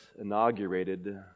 inaugurated